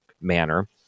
manner